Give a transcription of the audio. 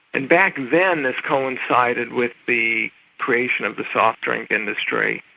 and back then this coincided with the creation of the soft drink industry,